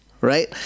Right